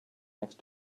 next